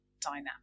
dynamic